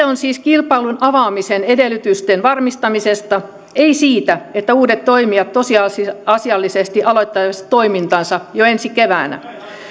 on siis kilpailun avaamisen edellytysten varmistamisesta ei siitä että uudet toimijat tosiasiallisesti aloittaisivat toimintansa jo ensi keväänä